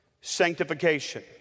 sanctification